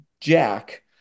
Jack